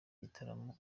gitaramo